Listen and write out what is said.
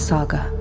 Saga